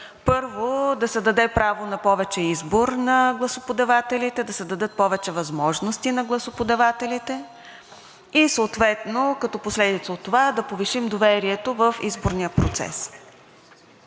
Първо, да се даде право на повече избор на гласоподавателите, да се дадат повече възможности на гласоподавателите и съответно като последица от това да повишим доверието в изборния процес.